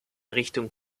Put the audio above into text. richtung